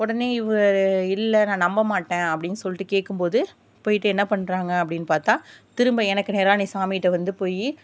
உடனே இவர் இல்லை நான் நம்ப மாட்டேன் அப்படின் சொல்லிட்டு கேட்கும்போது போயிவிட்டு என்ன பண்ணுறாங்க அப்படின் பார்த்தா திரும்ப எனக்கு நேராக நீ சாமிகிட்ட வந்து போய்